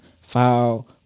foul